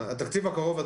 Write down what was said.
התקציב הקרוב,